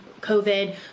COVID